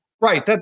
Right